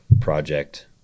project